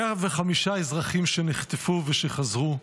105 אזרחים שנחטפו ושחזרו.